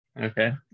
Okay